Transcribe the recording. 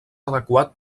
adequat